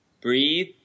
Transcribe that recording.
breathe